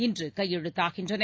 இன்று கையெழுத்தாகின்றன